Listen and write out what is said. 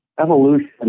evolution